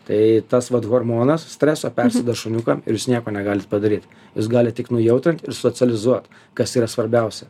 tai tas vat hormonas streso persida šuniukam ir jūs nieko negalit padaryt jūs galit tik nujautrint ir socializuot kas yra svarbiausia